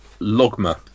Logma